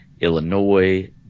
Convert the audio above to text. Illinois